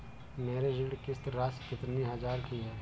मेरी ऋण किश्त राशि कितनी हजार की है?